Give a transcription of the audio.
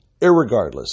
irregardless